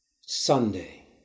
Sunday